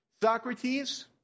Socrates